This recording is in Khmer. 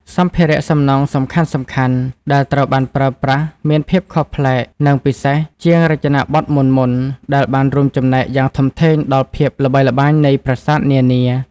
សម្ភារៈសំណង់សំខាន់ៗដែលត្រូវបានប្រើប្រាស់មានភាពខុសប្លែក និងពិសេសជាងរចនាបថមុនៗ ដែលបានរួមចំណែកយ៉ាងធំធេងដល់ភាពល្បីល្បាញនៃប្រាសាទនានា។